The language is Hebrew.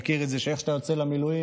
מכיר את זה שאיך שאתה יוצא למילואים,